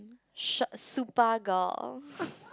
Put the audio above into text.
Sh~ Super-Girl